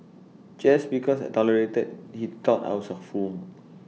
just because I tolerated he thought I was A fool